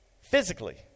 Physically